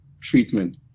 treatment